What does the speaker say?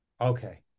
Okay